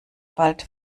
bald